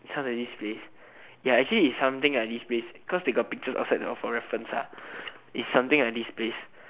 sounds like this place ya actually its something like this place cause they got pictures outside for reference ah it's something like this place